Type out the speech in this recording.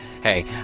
hey